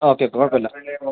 okay okay കുഴപ്പമില്ല